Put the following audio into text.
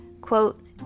Quote